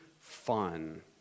fun